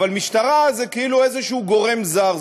אבל המשטרה היא כאילו גורם זר.